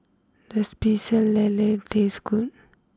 does Pecel Lele taste good